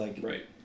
Right